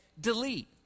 delete